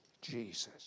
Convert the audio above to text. Jesus